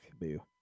boo